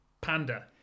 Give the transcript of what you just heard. Panda